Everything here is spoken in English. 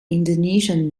indonesian